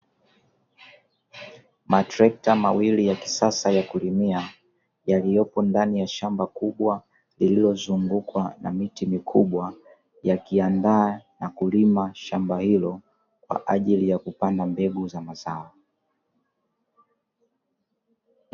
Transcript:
Matrekta mawili ya kisasa ya kulimia yaliyopo ndani ya shamba kubwa, lililozungukwa na miti mikubwa yakiandaa na Kulima shamba hilo kwaajili ya kupanda mbegu za mazao.